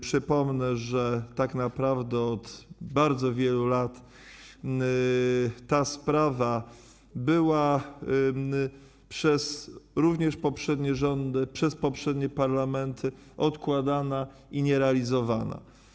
Przypomnę, że tak naprawdę od bardzo wielu lat ta sprawa była również przez poprzednie rządy, przez poprzednie parlamenty odkładana i nierealizowana.